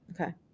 Okay